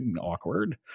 awkward